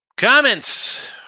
Comments